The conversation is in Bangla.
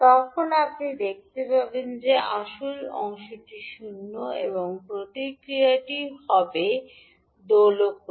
তখন আপনি দেখতে পাবেন যে আসল অংশটি শূন্য এবং প্রতিক্রিয়াটি হবে দোলক হতে